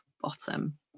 bottom